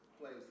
place